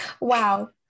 Wow